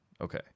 Okay